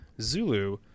zulu